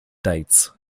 dates